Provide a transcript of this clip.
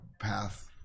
path